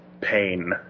pain